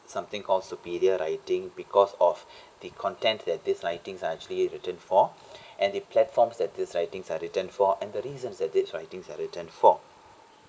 something called superior writing because of the content that this writing are actually written for and the platforms that this writing is written for and the reasons that this writings are written for